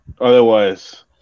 otherwise